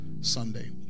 Sunday